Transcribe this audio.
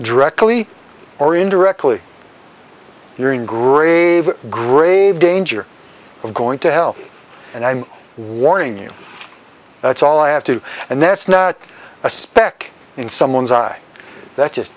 directly or indirectly you're in grave grave danger of going to hell and i'm warning you that's all i have to and that's not a speck in someone's eye that